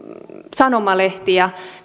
sanomalehtiä